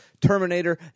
Terminator